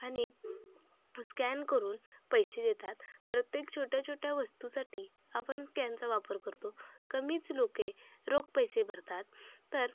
आणि स्कॅन करून पैसे देतात प्रत्येक छोट्या छोट्या वस्तूसाठी आपण स्कॅनचा वापर करतो कमीच लोक रोख पैसे भरतात तर